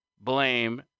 blame